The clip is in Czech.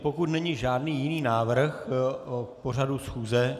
Pokud není žádný jiný návrh o pořadu schůze...